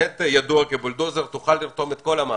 שידוע כבולדוזר, תצליח לרתום את כל המערכת,